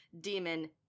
demon